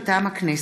מטעם הכנסת: